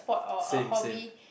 same same